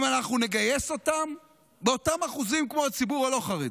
אם אנחנו נגייס אותם באותם אחוזים כמו הציבור הלא-חרדי,